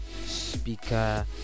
speaker